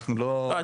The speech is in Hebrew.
אנחנו לא --- לא,